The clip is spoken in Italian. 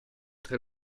tre